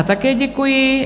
Také děkuji.